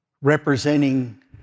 representing